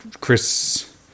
Chris